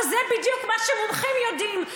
אבל זה בדיוק מה שמומחים יודעים,